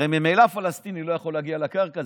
הרי ממילא הפלסטיני לא יכול להגיע לקרקע,